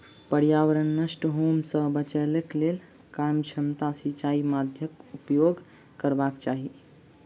पर्यावरण नष्ट होमअ सॅ बचैक लेल कार्यक्षमता सिचाई माध्यमक उपयोग करबाक चाही